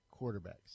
quarterbacks